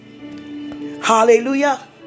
Hallelujah